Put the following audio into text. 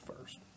first